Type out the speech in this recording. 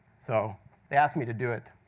so they asked me to do it.